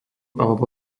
alebo